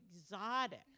exotic